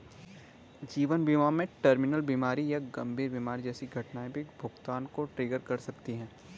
जीवन बीमा में टर्मिनल बीमारी या गंभीर बीमारी जैसी घटनाएं भी भुगतान को ट्रिगर कर सकती हैं